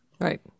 Right